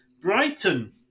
Brighton